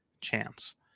Chance